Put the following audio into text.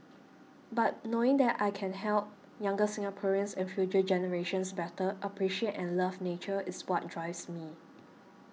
but knowing that I can help younger Singaporeans and future generations better appreciate and love nature is what drives me